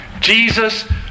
Jesus